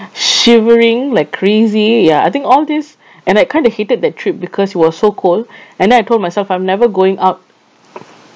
shivering like crazy ya I think all this and I kind of hated that trip because it was so cold and then I told myself I'm never going out